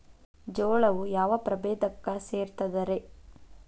ಜೋಳವು ಯಾವ ಪ್ರಭೇದಕ್ಕ ಸೇರ್ತದ ರೇ?